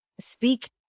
speak